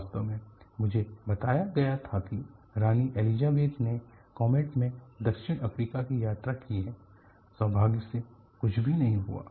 वास्तव में मुझे बताया गया था कि रानी एलिजाबेथ ने कॉमेट में दक्षिण अफ्रीका की यात्रा की है सौभाग्य से कुछ भी नहीं हुआ